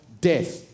death